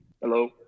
Hello